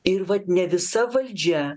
ir vat ne visa valdžia